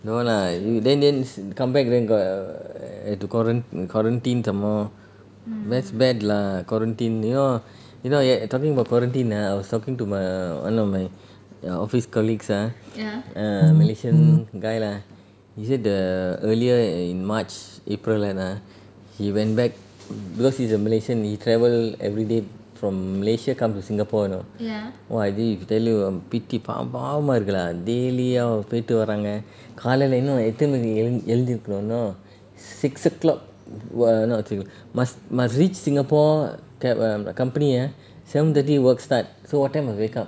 no lah you then then come back then got err to quaran~ quarantine some more that's bad lah quarantine you know you know y~ talking about quarantine ah I was talking to my one of my ah office colleagues ya ah malaysian guy lah he said the earlier in march april that ah he went back because he's a malaysian he travel everyday from malaysia come to singapore you know !wah! I re~ tell you ah pity பாவம் பாவமா இருக்குடா:paavam paavama irukuda daily போய்ட்டு வராங்க காலைல எத்தின மணிக்கு எழுந்திருக்கோம்னா:poitu varanga kalaila ethina maniku ezhunthirukmna six o'clock must must reach singapore t~ err my company ah seven thirty work start so what time must wake up